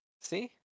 see